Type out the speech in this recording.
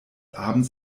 abends